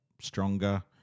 stronger